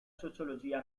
sociologia